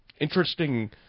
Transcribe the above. interesting